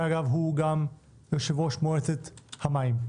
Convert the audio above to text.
שאגב הוא גם יושב-ראש מועצת המים,